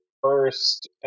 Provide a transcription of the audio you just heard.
first